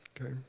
okay